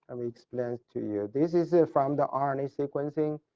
and me explain to you, this is ah from the um rna sequencing,